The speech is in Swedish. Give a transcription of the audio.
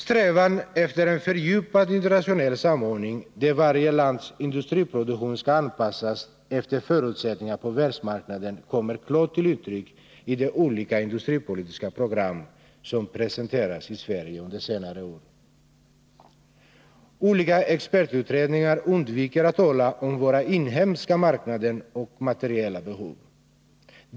Strävan efter en fördjupad internationell samordning, där varje lands industriproduktion skall anpassas efter förutsättningarna på världsmarknaden, kommer till klart uttryck i de olika industripolitiska program som har presenterats i Sverige under senare år. Olika expertutredningar undviker att tala om våra inhemska marknader och materiella behov.